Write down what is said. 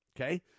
Okay